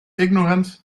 ignorant